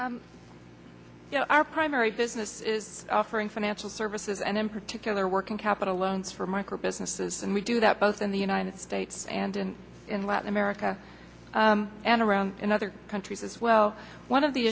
know our primary business is offering financial services and in particular working capital loans for micro businesses and we do that both in the united states and in latin america and around in other countries as well one of the